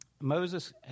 Moses